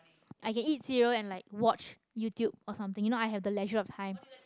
I can eat cereal and like watch YouTube or something you know I have the leisure of time